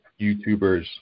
YouTubers